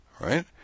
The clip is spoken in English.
right